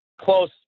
close